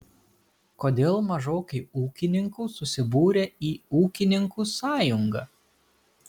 kodėl mažokai ūkininkų susibūrę į ūkininkų sąjungą